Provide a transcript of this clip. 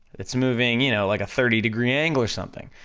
it's moving, you know, like a thirty degree angle or something,